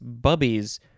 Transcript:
bubbies